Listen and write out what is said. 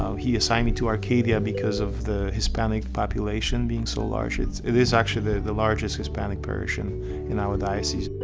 he assigned me to arcadia because of the hispanic population being so large. it is actually the the largest hispanic parish and in our diocese.